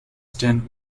stint